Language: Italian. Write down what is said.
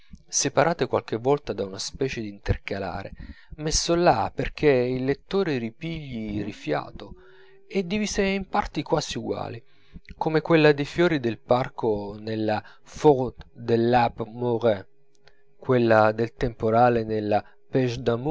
separate qualche volta da una specie d'intercalare messo là perchè il lettore ripigli rifiato e divise in parti quasi uguali come quella dei fiori del parco nella faute de l'abbé mouret quella del temporale nella